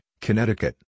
Connecticut